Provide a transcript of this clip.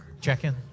check-in